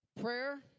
Prayer